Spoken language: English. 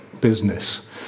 business